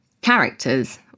characters